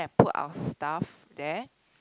put our stuff there